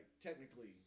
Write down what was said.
technically